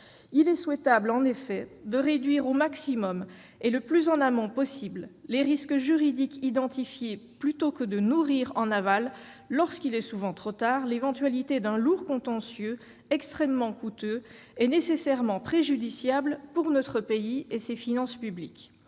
Il est souhaitable en effet de réduire au minimum, et le plus en amont possible, les risques juridiques identifiés plutôt que de nourrir, en aval, lorsqu'il est souvent trop tard, un éventuel lourd contentieux, extrêmement coûteux et nécessairement préjudiciable pour notre pays et ses finances publiques.